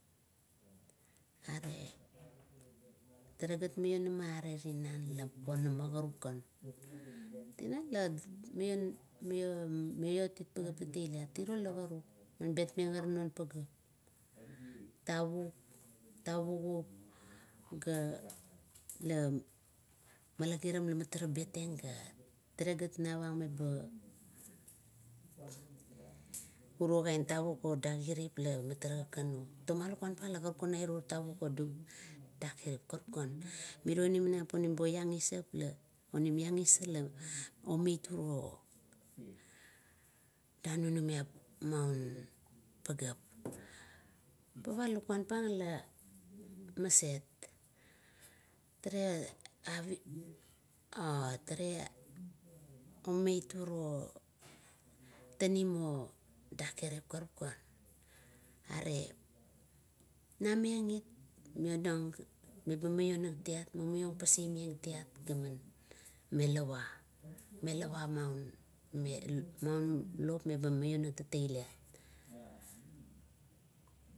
Airo, tara lamaiong talegat are tinan la ponama. Karukan, maionamat tatailit tiro la karuk man betmeng ara long paeap, tavuk tavugup ga la mkla giram lamitara betong ga talegat navang meba, uro tavuk odagirana la tara kakanu. Toma lakuan pang la karukan airo tavuk, odiakan karuka. Mirio inamaniap onim bovainam stret la onim lamaselang la omiop danunumiap manpageap. Pava lukuam pang la mast tare avit, tare omait uro tanin, or dararek, karukan, are namengit maiong meba miongtiat, meba pasaiemeng it tiat, ga melawa, melawa maun lop meba maiong tatailet.